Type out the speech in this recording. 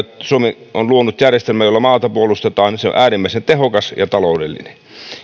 suomi on luonut järjestelmän jolla maata puolustetaan joka on äärimmäisen tehokas ja taloudellinen